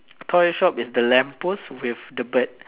toy shop is the lamp post with the bird